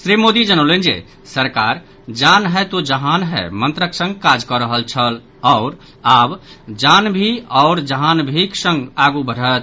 श्री मोदी जनौलनि जे सरकार जान है तो जहान है मंत्रक संग काज कऽ रहल छल आओर आब जान भी आओर जहान भीक संग आगु बढ़त